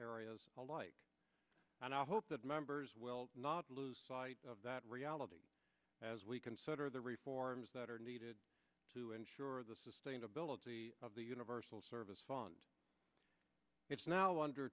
areas alike and i hope that members will not lose sight of that reality as we consider the reforms that are needed to ensure the sustainability of the universal service fund it's now under